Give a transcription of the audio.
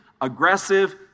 aggressive